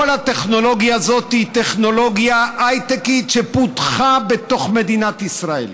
כל הטכנולוגיה הזאת היא טכנולוגיה הייטקית שפותחה בתוך מדינת ישראל.